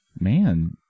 Man